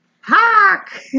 Hawk